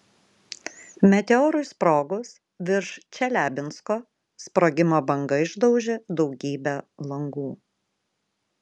meteorui sprogus virš čeliabinsko sprogimo banga išdaužė daugybę langų